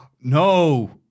No